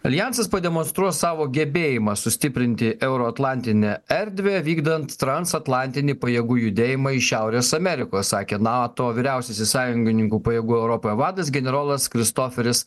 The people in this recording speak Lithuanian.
aljansas pademonstruos savo gebėjimą sustiprinti euroatlantinę erdvę vykdant transatlantinį pajėgų judėjimą iš šiaurės amerikos sakė nato vyriausiasis sąjungininkų pajėgų europoje vadas generolas kristoferis